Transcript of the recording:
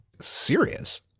serious